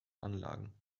anlagen